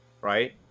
right